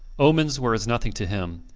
omens were as nothing to him,